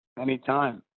Anytime